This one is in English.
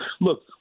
Look